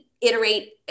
iterate